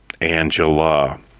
Angela